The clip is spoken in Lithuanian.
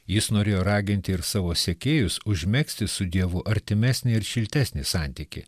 jis norėjo raginti ir savo sekėjus užmegzti su dievu artimesnį ir šiltesnį santykį